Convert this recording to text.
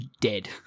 dead